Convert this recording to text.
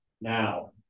now